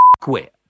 quit